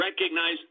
recognize